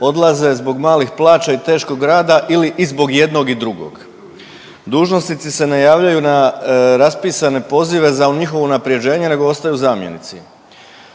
odlaze zbog malih plaća i teškog rada ili i zbog jednog i drugog. Dužnosnici se ne javljaju na raspisane pozive za njihovo unaprjeđenje nego ostaju zamjenici.